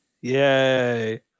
Yay